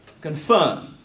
confirm